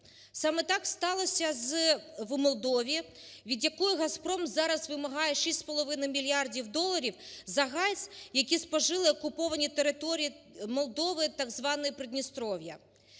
Саме так сталося в Молдові, від якої "Газпром" зараз вимагає 6,5 мільярдів доларів за газ, який спожили окуповані території Молдови, так зване Придністров'я.